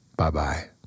Bye-bye